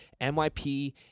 MYP